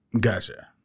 gotcha